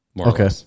Okay